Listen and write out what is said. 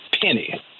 penny